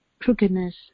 crookedness